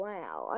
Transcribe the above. Wow